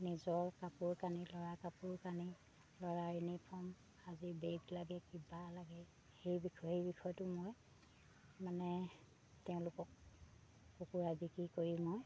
নিজৰ কাপোৰ কানি ল'ৰাৰ কাপোৰ কানি ল'ৰা ইউনিফৰ্ম আজি বেগ লাগে কিবা লাগে সেই বিষয় সেই বিষয়টো মই মানে তেওঁলোকক কুকুৰা বিক্ৰি কৰি মই